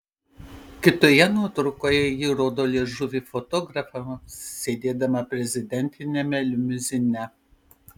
kitoje nuotraukoje ji rodo liežuvį fotografams sėdėdama prezidentiniame limuzine